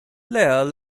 there